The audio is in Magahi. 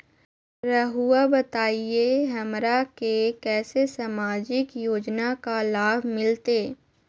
रहुआ बताइए हमरा के कैसे सामाजिक योजना का लाभ मिलते?